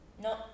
no